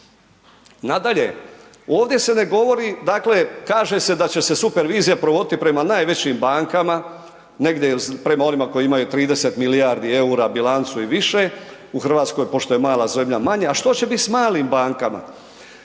Nadalje, ovdje se ne govori dakle kaže se da će se supervizija provoditi prema najvećim bankama, negdje prema onima koji imaju 30 milijardi eura bilancu i više, u Hrvatskoj pošto je mala zemlja manje a što će biti s malim bankama?